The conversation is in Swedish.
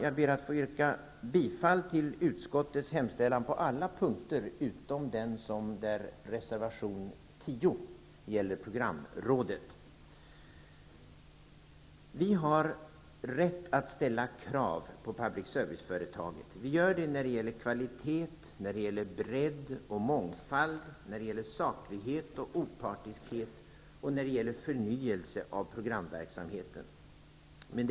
Jag ber att yrka bifall till utskottets hemställan på alla punkter, utom när det gäller reservation 10 som rör programrådet. Vi har rätt att ställa krav på public serviceföretaget. Vi gör det när det gäller kvalitet, bredd, mångfald, saklighet, opartiskhet och förnyelse av programverksamheten. Herr talman!